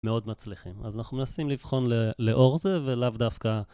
מאוד מצליחים. אז אנחנו מנסים לבחון לאור זה, ולאו דווקא...